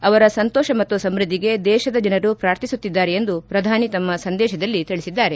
ಅವರ ಸಂತೋಷ ಮತ್ತು ಸಮ್ನದ್ದಿಗೆ ದೇಶದ ಜನರು ಪ್ರಾರ್ಥಿಸುತ್ತಿದ್ದಾರೆ ಎಂದು ಪ್ರಧಾನಿ ತಮ್ಮ ಸಂದೇಶದಲ್ಲಿ ತಿಳಿಸಿದ್ದಾರೆ